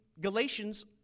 Galatians